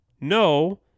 no